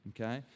okay